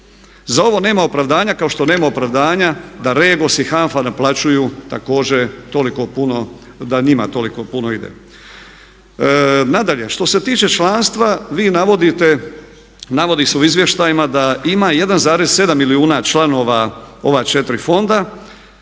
Za ovo nema opravdanja kao što nema opravdanja da REGOS i HANFA naplaćuju toliko puno, da njima toliko puno ide. Nadalje što se tiče članstva vi navodite, navodi se u izvještajima da ima 1,7 milijuna članova ova četiri fonda